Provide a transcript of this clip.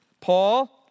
Paul